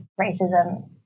racism